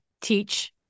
teach